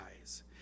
eyes